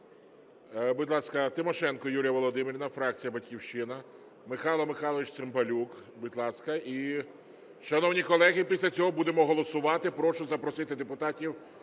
Будь ласка, Тимошенко Юлія Володимирівна, фракція "Батьківщина". Михайло Михайлович Цимбалюк, будь ласка. І, шановні колеги, після цього будемо голосувати. Прошу запросити депутатів